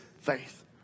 faith